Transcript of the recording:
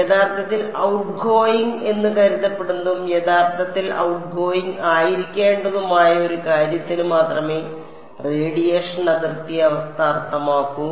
യഥാർത്ഥത്തിൽ ഔട്ട്ഗോയിംഗ് എന്ന് കരുതപ്പെടുന്നതും യഥാർത്ഥത്തിൽ ഔട്ട്ഗോയിംഗ് ആയിരിക്കേണ്ടതുമായ ഒരു കാര്യത്തിന് മാത്രമേ റേഡിയേഷൻ അതിർത്തി അവസ്ഥ അർത്ഥമാക്കൂ